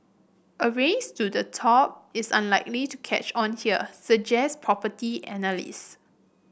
a race to the top is unlikely to catch on here suggest analyst